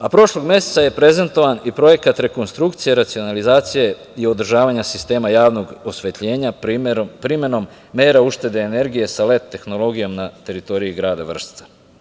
A prošlog meseca je prezentovan i projekat rekonstrukcije racionalizacije i održavanje sistema javnog osvetljenja primenom mera ušteda energije sa led tehnologijom na teritoriji grada Vršca.